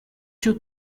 two